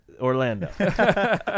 Orlando